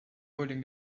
holding